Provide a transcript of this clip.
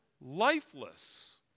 lifeless